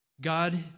God